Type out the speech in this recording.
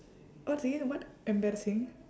what's again what embarrassing